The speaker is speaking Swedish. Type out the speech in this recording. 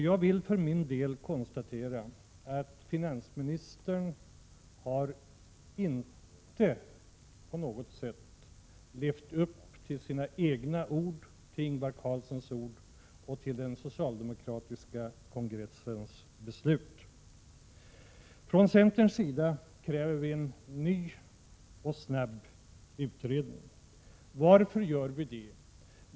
Jag vill för min del konstatera att finansministern inte på något sätt har levt upp till sina egna eller till Ingvar Carlssons ord — eller till den socialdemokratiska kongressens beslut. Från centerns sida kräver vi en ny och snabb utredning. Varför gör vi det?